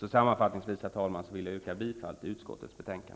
Sammanfattningsvis vill jag, herr talman, yrka bifall till utskottets hemställan.